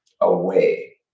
away